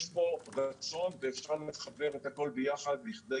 יש פה רצון ואפשר לחבר את הכול ביחד לכדי